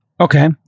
Okay